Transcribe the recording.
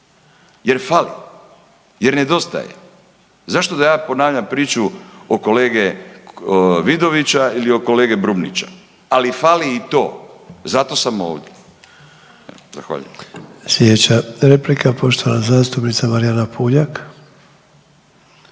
jer fali jer nedostajte. Zašto da ja ponavljam priču o kolege Vidovića ili o kolege Brumnića, ali fali i to, zato sam ovdje. Zahvaljujem. **Sanader, Ante (HDZ)** Sljedeća replika poštovana zastupnica Marijana Puljak.